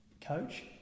coach